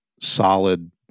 solid